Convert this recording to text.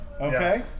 okay